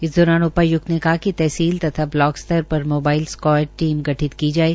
इस दौरान उपायुक्त ने कहा कि तहसील तथा ब्लॉक स्तर पर मोबाइल स्क्वायड टीम गठित की जाये